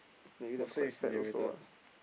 is